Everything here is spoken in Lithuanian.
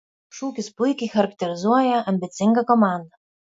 šūkis puikiai charakterizuoja ambicingą komandą